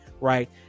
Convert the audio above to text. right